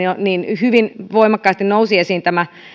hyvin voimakkaasti nousi esiin tämän